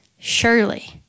Surely